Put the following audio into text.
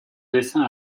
dessin